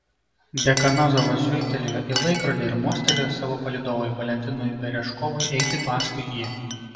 dekanozovas žvilgtelėjo į laikrodį ir mostelėjo savo palydovui valentinui berežkovui eiti paskui jį